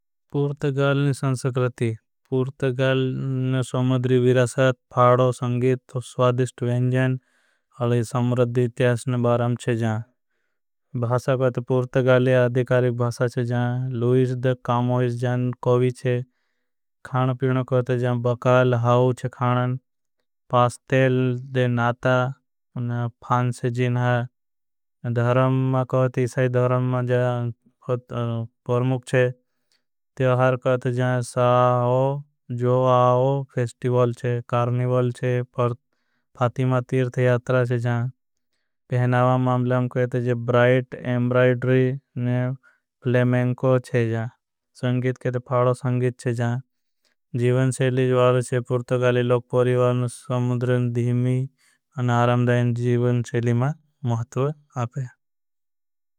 पुर्तगाल ने संस्कृति पुर्तगाल ने स्वमद्री विरसात फाडव संगेत। स्वादिस्ट वेंजान अलिए सम्रद्दी त्यास ने बारंचे जान कहते पूर्टगाल। ये अधिकालिक भासा चे जान कामोईश जान कोवी छे पीण कहते। जान, बकाल, हाउच खानन, पास्तेल, नाता। फांस जिनह धरम कहते जान इसाई धरम में पूर्मुक छे त्यौहार। कहते जान साओ, जोआओ, फेस्टिवल छे, कार्णिवल छे, फातिमा। तीर्थ यात्रा छे जान मांबलां कहते जान, ब्राइट, एम्ब्राइटरी, लेमेंको छे। जान कहते जान फाड़ो संगीत छे जान शैली जे आवे पुर्तगाली लोगों ने। समुद्री आने आरामदायक और धीमी शैली मे आवे छे।